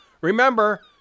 Remember